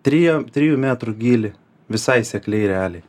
trijo trijų metrų gyly visai sekliai realiai